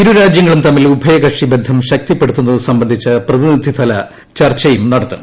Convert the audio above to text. ഇരു രാജ്യങ്ങളും തമ്മിൽ ഉഭയകക്ഷി ബന്ധം ശക്തിപ്പെടു ത്തുന്നത് സംബന്ധിച്ച പ്രതിനിധിതല ചർച്ചയും നടത്തും